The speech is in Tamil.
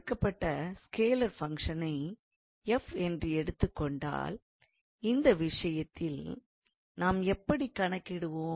கொடுக்கப்பட்ட ஸ்கேலார் ஃபங்க்ஷன் f என்று எடுத்துக்கொண்டால் இந்த விஷயத்தில் நாம் எப்படி கணக்கிடுவோம்